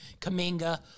kaminga